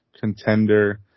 contender